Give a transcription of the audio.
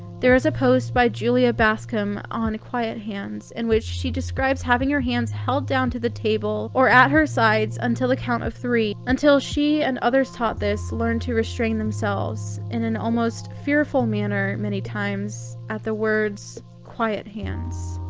there is a post by julia bascom on quiet hands in which she describes having her hands held down to the table or at her sides until the count of three until she and others taught this learned to restrain themselves in an almost fearful manner, many times, at the words quiet hands.